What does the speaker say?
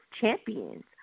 champions